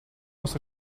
los